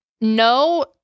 no